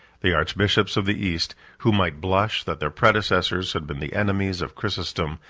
the archbishops of the east, who might blush that their predecessors had been the enemies of chrysostom,